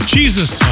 Jesus